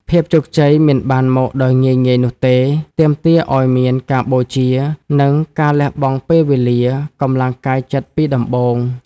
ភាពជោគជ័យមិនបានមកដោយងាយៗនោះទេ ទាមទារឲ្យមានការបូជា និងការលះបង់ពេលវេលា កម្លាំងកាយចិត្តពីដំបូង។